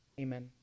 Amen